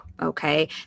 Okay